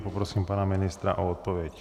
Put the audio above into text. Poprosím pana ministra o odpověď.